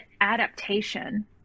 adaptation